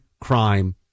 crime